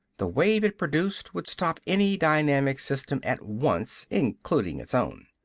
the wave it produced would stop any dynamic system at once, including its own.